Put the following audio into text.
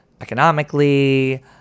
economically